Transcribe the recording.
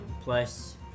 Plus